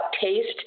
taste